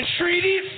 treaties